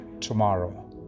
tomorrow